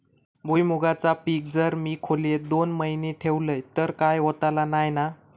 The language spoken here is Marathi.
भुईमूगाचा पीक जर मी खोलेत दोन महिने ठेवलंय तर काय होतला नाय ना?